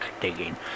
Digging